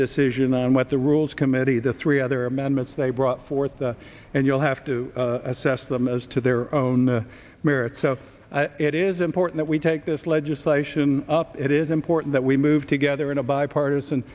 decision on what the rules committee the three other amendments they brought forth and you'll have to assess them as to their own merits so it is important we take this legislation up it is important that we move together in a bipartisan